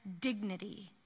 dignity